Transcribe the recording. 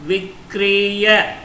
Vikriya